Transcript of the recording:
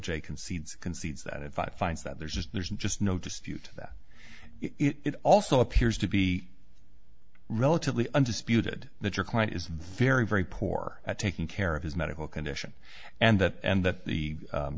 jay concedes concedes that if i find that there's just there's just no dispute that it also appears to be relatively undisputed that your client is very very poor at taking care of his medical condition and that and that the